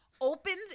Opens